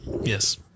Yes